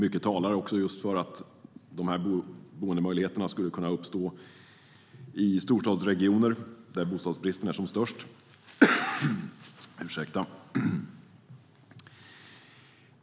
Mycket talar för att de här boendemöjligheterna skulle kunna uppstå i storstadsregioner där bostadsbristen är som störst.